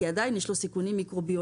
שכן עדיין יש לו סיכונים מיקרו-ביולוגיים